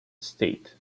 estate